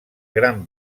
gran